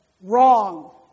wrong